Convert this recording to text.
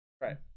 Right